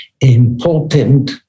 important